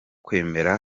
kwemera